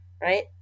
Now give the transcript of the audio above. Right